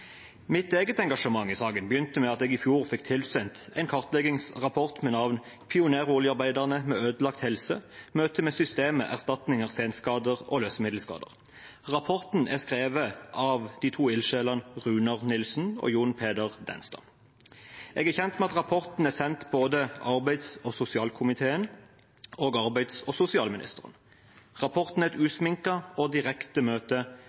Mitt eget engasjement i saken begynte med at jeg i fjor fikk tilsendt en kartleggingsrapport med navn «Pioneroljearbeiderne med ødelagt helse og møtet med systemet, erstatninger, senskader og løsemiddelskader». Rapporten er skrevet av de to ildsjelene Runar Nilsen og John-Peder Denstad. Jeg er kjent med at rapporten er sendt både arbeids- og sosialkomiteen og arbeids- og sosialministeren. Rapporten er et usminket og direkte møte